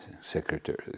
secretary